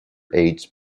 age